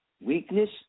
weakness